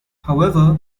however